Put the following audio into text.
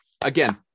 again